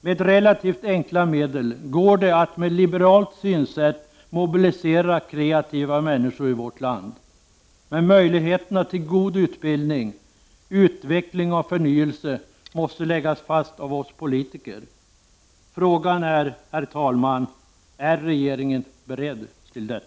Med relativt enkla medel går det att med ett liberalt synsätt mobilisera kreativa människor i vårt land. Men möjligheterna till god utbildning, utveckling och förnyelse måste läggas fast av oss politiker. Frågan är, herr talman: Är regeringen beredd till detta?